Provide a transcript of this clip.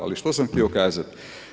Ali što sam htio kazati?